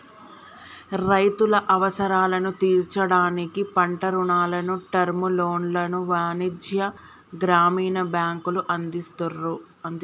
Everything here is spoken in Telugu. రైతుల అవసరాలను తీర్చడానికి పంట రుణాలను, టర్మ్ లోన్లను వాణిజ్య, గ్రామీణ బ్యాంకులు అందిస్తున్రు